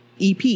EP